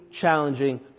challenging